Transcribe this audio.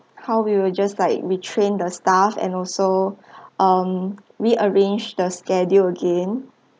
how we will just like retrain the staff and also um rearrange the schedule again